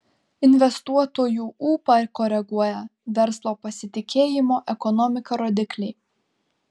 investuotojų ūpą koreguoja verslo pasitikėjimo ekonomika rodikliai